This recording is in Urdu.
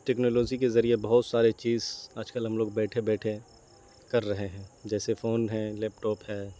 ٹیکنالوزی کے ذریعے بہت سارے چیز آج کل ہم لوگ بیٹھے بیٹھے کر رہے ہیں جیسے فون ہے لیپ ٹاپ ہے